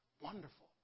Wonderful